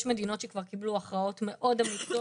יש מדינות שכבר קיבלו הכרעות מאוד אמיצות